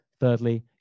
Thirdly